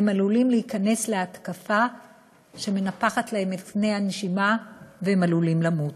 הם עלולים להיכנס להתקף שמנפח להם את קנה הנשימה והם עלולים למות,